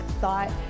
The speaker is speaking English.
thought